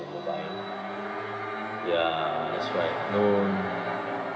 you have to buy ya that's right no